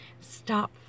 Stop